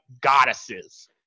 goddesses